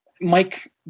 Mike